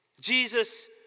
Jesus